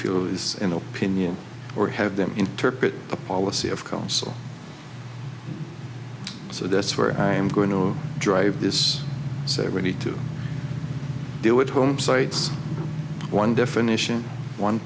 feel is an opinion or have them interpret a policy of counsel so that's where i'm going to drive this so we need to do it homesites one definition one